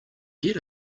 get